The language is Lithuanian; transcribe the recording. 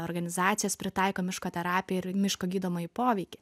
organizacijos pritaiko miško terapiją ir miško gydomąjį poveikį